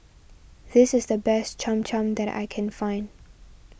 this is the best Cham Cham that I can find